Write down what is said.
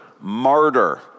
martyr